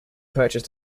purchase